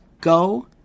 Go